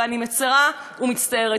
ואני מצרה ומצטערת,